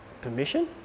Permission